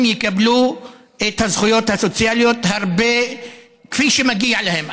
יקבלו את הזכויות הסוציאליות כפי שמגיע להם.